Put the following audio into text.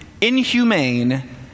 inhumane